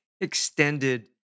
extended